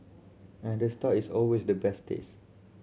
and the star is always the best taste